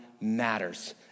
matters